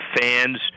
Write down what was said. fans